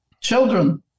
children